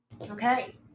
Okay